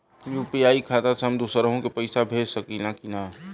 UPI खाता से हम दुसरहु के पैसा भेज सकीला की ना?